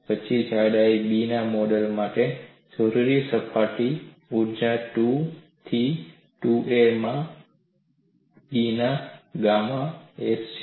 પછી જાડાઈ B ના મોડેલ માટે જરૂરી સપાટી ઉર્જા 2 થી 2a માં B માં ગામા s છે